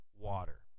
water